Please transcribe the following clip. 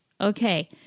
Okay